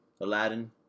Aladdin